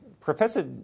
Professor